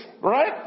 right